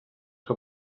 que